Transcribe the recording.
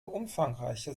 umfangreiche